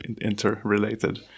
interrelated